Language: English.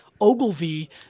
Ogilvy